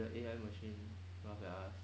the A_I machine now that I ask